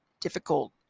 difficult